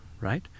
right